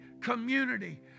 community